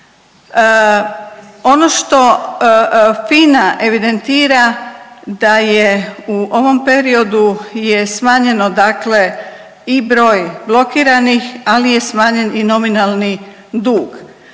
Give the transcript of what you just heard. Ono što FINA evidentira da je u ovom periodu je smanjeno i broj blokiranih, ali je smanjen i nominalni dug.